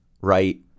right